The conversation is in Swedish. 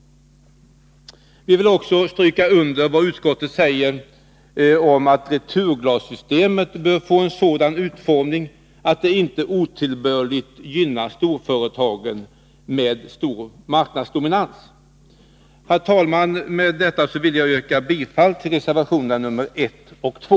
Vi vill också stryka under vad utskottet säger om att returglassystemet bör få en sådan utformning att det inte otillbörligt gynnar storföretagen med stor marknadsdominans. Herr talman! Med detta vill jag yrka bifall till reservationerna nr 1 och 2